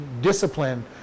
discipline